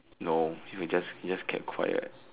no he just he just kept quiet